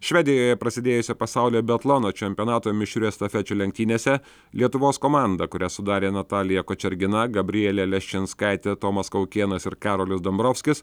švedijoje prasidėjusio pasaulio biatlono čempionato mišrių estafečių lenktynėse lietuvos komanda kurią sudarė natalija kočergina gabrielė leščinskaitė tomas kaukėnas ir karolis dombrovskis